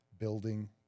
building